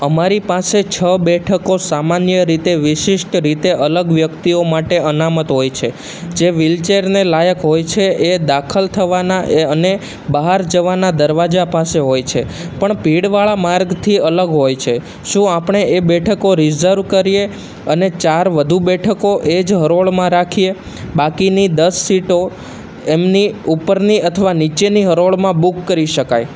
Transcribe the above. અમારી પાસે છ બેઠકો સામાન્ય રીતે વિશિષ્ટ રીતે અલગ વ્યક્તિઓ માટે અનામત હોય છે જે વિલચેરને લાયક હોય છે એ દાખલ થવાના એ અને બહાર જવાના દરવાજા પાસે હોય છે પણ પીડવાળા માર્ગથી અલગ હોય છે શું આપણે એ બેઠકો રિઝર્વ કરીએ અને ચાર વધુ બેઠકો એ જ હરોળમાં રાખીએ બાકીની દસ સીટો એમની ઉપરની અથવા નીચેની હરોળમાં બુક કરી શકાય